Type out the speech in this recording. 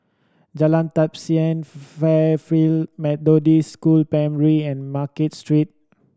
Jalan Tapisan Fairfield Methodist School Primary and Market Street